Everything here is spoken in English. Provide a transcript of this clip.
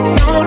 no